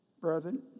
Brethren